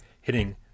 hitting